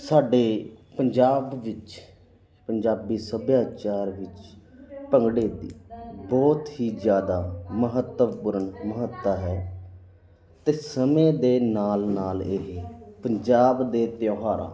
ਸਾਡੇ ਪੰਜਾਬ ਵਿੱਚ ਪੰਜਾਬੀ ਸੱਭਿਆਚਾਰ ਵਿੱਚ ਭੰਗੜੇ ਦੀ ਬਹੁਤ ਹੀ ਜ਼ਿਆਦਾ ਮਹੱਤਵਪੂਰਨ ਮਹੱਤਤਾ ਹੈ ਅਤੇ ਸਮੇਂ ਦੇ ਨਾਲ ਨਾਲ ਇਹ ਪੰਜਾਬ ਦੇ ਤਿਉਹਾਰਾਂ